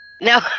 No